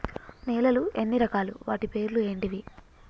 నేలలు ఎన్ని రకాలు? వాటి పేర్లు ఏంటివి?